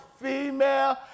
female